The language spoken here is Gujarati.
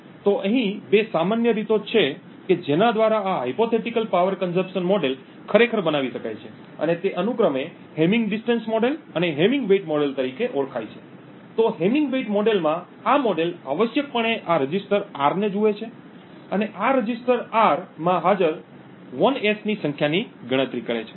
તો અહીં બે સામાન્ય રીતો છે કે જેના દ્વારા આ હાઈપોથેટીકલ પાવર કંસમ્પ્શન મોડેલ ખરેખર બનાવી શકાય છે અને તે અનુક્રમે હેમિંગ ડિસ્ટન્સ મોડેલ અને હેમિંગ વેઇટ મોડેલ તરીકે ઓળખાય છે તો હેમિંગ વેઇટ મોડેલમાં આ મોડેલ આવશ્યકપણે આ રજિસ્ટર R ને જુએ છે અને આ રજિસ્ટર R માં હાજર 1s ની સંખ્યાની ગણતરી કરે છે